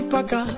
Paka